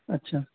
اچھا